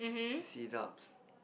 sit ups